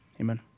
Amen